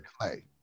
Clay